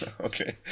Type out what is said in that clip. Okay